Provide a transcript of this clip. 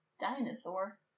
Dinosaur